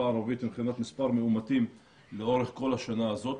הערבית מבחינת מספר מאומתים לאורך כל השנה הזאת,